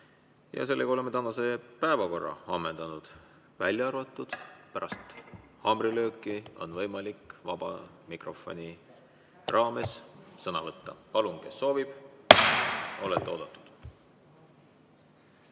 kell 10. Oleme tänase päevakorra ammendanud, välja arvatud see, et pärast haamrilööki on võimalik vaba mikrofoni raames sõna võtta. Palun, kes soovib? Olete oodatud!